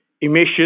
emissions